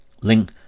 link